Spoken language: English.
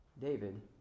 David